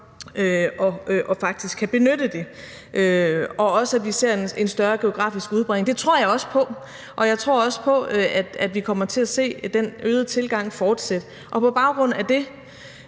og faktisk kan benytte det, og også, at vi ser en større geografisk udbredelse. Det tror jeg også på kan lade sig gøre, og jeg tror også på, at vi kommer til at se den øgede tilgang fortsætte. Og på baggrund af det